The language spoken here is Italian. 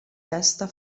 testa